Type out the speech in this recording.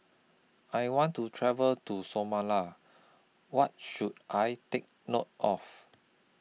I want to travel to Somala What should I Take note of